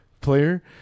player